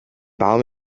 baum